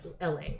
LA